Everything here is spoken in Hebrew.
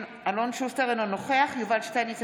אינו נוכח יובל שטייניץ,